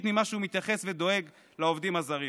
ממה שהוא מתייחס ודואג לעובדים הזרים.